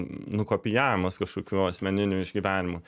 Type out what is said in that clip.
nukopijavimas kažkokių asmeninių išgyvenimų